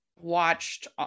watched